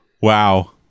wow